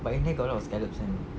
but intern got a lot of scallops you know